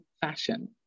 fashion